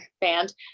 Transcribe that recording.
band